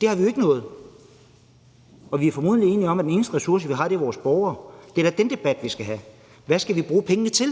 Det har vi jo ikke nået. Og vi er formodentlig enige om, at den eneste ressource, vi har, er vores borgere. Det er da den debat, vi skal have: Hvad skal vi bruge pengene til?